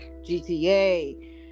GTA